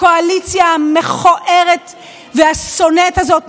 הקואליציה המכוערת והשונאת הזאת,